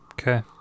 okay